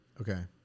Okay